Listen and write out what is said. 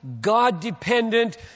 God-dependent